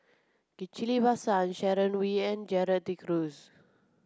Ghillie Basan Sharon Wee and Gerald De Cruz